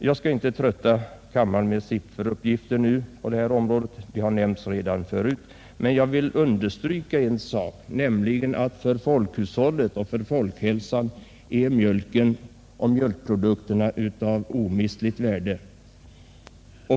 Jag skall inte trötta kammaren med sifferuppgifter på detta område. De har nämnts redan förut. Men jag vill understryka en sak, nämligen att för folkhushållet och för folkhälsan är mjölkoch köttproduktionen av omistligt värde.